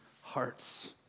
hearts